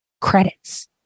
credits